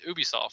Ubisoft